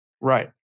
right